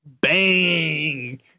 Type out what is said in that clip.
Bang